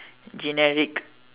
generic